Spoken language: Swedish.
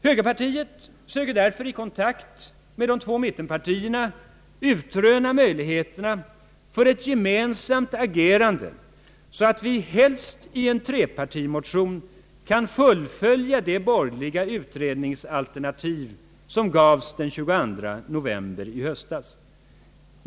Högerpartiet söker därför i kontakt med de två mittenpartierna utröna möjligheterna för ett gemensamt agerande så att vi helst i en trepartimotion kan fullfölja det borgerliga utredningsalternativ som gavs den 22 november i höstas.